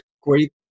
great